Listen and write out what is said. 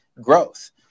growth